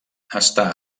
està